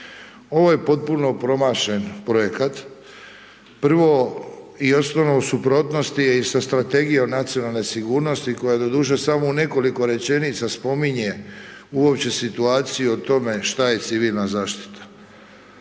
Ovo je potpuno promašen projekat, prvo i osnovno u suprotnosti je i sa Strategijom nacionalne sigurnosti koja doduše samo u nekoliko rečenica spominje uopće situaciju o tome šta je civilna zaštita.